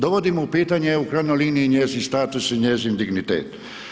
Dovodimo u pitanje u krajnjoj liniji njezin status i njezin dignitet.